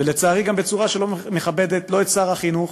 ולצערי, גם בצורה שלא מכבדת את שר החינוך.